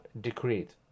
decreed